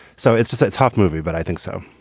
so it's just a tough movie, but i think so